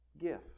gift